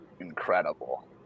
incredible